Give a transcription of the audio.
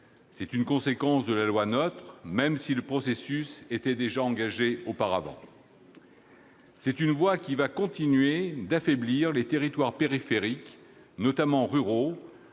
C'est une conséquence de la loi NOTRe, même si le processus était déjà engagé auparavant. C'est une voie qui va continuer d'affaiblir les territoires périphériques, notamment ruraux,